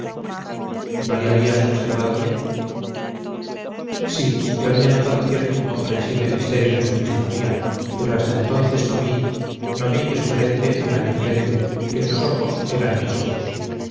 no le habías observado bien sí yo había notado cierto incomprensible misterio en su fisonomía pero hasta entonces no vi no vi que su frente era mi frente que sus ojos eran mis ojos